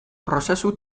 prozesu